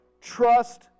Trust